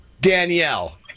Danielle